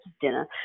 dinner